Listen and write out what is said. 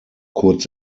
kurz